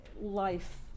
life